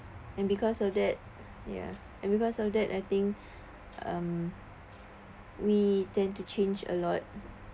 and because of that ya and because of that I think um we tend to change a lot